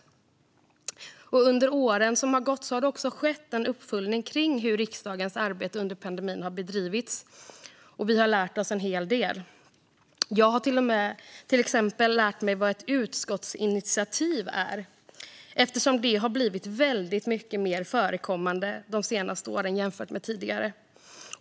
Under åren som gått har det också skett uppföljning av hur riksdagens arbete under pandemin bedrivits, och vi har lärt oss en hel del. Jag har till exempel lärt mig vad ett utskottsinitiativ är, eftersom det de senaste åren har blivit mycket mer vanligt förekommande än tidigare.